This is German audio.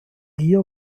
ihr